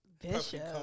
Bishop